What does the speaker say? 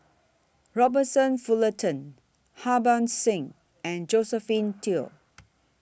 Robert Fullerton Harbans Singh and Josephine Teo